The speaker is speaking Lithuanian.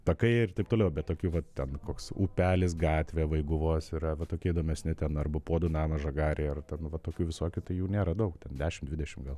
takai ir taip toliau bet tokių va ten koks upelis gatvė vaiguvos yra tokie įdomesni ten arba puodų namas žagarėj ar ten va tokių visokių tai jų nėra daug ten dešimt dešimt gal